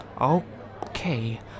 Okay